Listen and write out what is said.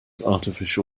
artificial